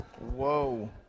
Whoa